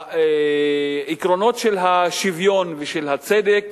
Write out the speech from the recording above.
העקרונות של השוויון ושל הצדק